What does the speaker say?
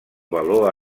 valor